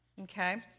okay